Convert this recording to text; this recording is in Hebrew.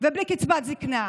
ובלי קצבת זקנה.